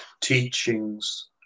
teachings